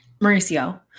Mauricio